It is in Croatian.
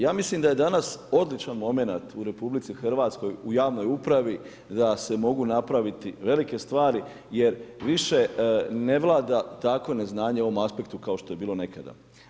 Ja mislim da je danas odličan momenat u RH u javnoj upravi da se mogu napraviti velike stvari jer više ne vlada takvo neznanje u ovom aspektu kao što je bilo nekada.